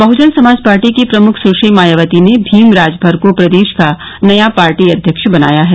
Bahujan Samaj party की प्रमुख सुश्री मायावती ने भीम राजभर को प्रदेश का नया पार्टी अध्यक्ष बनाया है